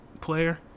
player